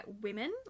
women